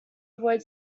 avoid